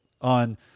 on